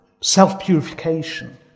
self-purification